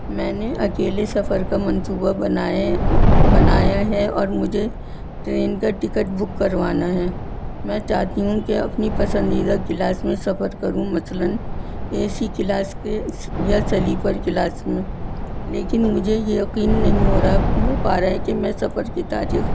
میں نے اکیلے سفر کا منصوبہ بناائے بنایا ہے اور مجھے ٹرین کا ٹکٹ بک کروانا ہے میں چاہتی ہوں کہ اپنی پسندیدہ کلاس میں سفر کروں مثلاً اے سی کلاس کے یا سلیفر کلاس میں لیکن مجھے یہ یقین نہیں ہو رہا ہے ہو پا رہا ہے کہ میں سفر کی تاریخ